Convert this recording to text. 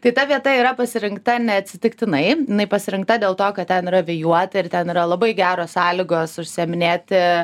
tai ta vieta yra pasirinkta neatsitiktinai pasirinkta dėl to kad ten yra vėjuota ir ten labai geros sąlygos užsieminėti